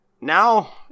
Now